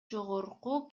жогорку